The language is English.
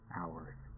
hours